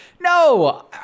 No